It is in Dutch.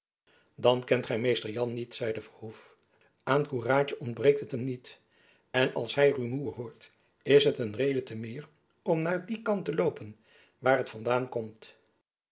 dan kent gy mr jan niet zeide verhoef aan koeraadje ontbreekt het hem niet en als hy rumoer hoort is het een reden te meer om naar dien kant te loopen waar het van daan komt